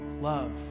love